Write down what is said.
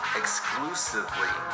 exclusively